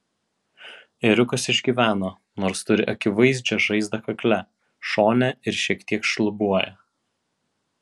ėriukas išgyveno nors turi akivaizdžią žaizdą kakle šone ir šiek tiek šlubuoja